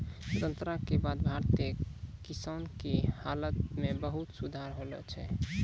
स्वतंत्रता के बाद भारतीय किसान के हालत मॅ बहुत सुधार होलो छै